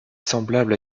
semblable